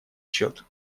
счет